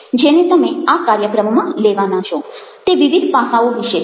જેને તમે આ કાર્યક્રમમાં લેવાના છો તે વિવિધ પાસાઓ વિશે છે